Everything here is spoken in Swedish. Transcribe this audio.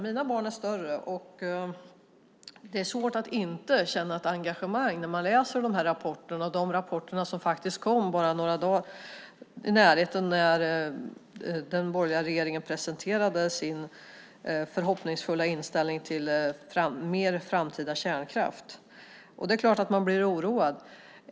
Mina barn är större, men det är svårt att inte känna ett engagemang när man läser de rapporter som kom nästan samtidigt med att den borgerliga regeringen presenterade sin förhoppningsfulla inställning till mer framtida kärnkraft. Det är klart att man blir oroad.